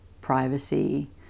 privacy